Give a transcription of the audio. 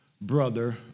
brother